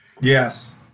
Yes